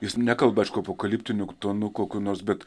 jis nekalba apokaliptiniu tonu kokiu nors bet